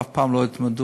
אף פעם לא התמודדו